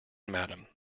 madam